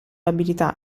abilità